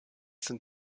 sind